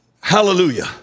Hallelujah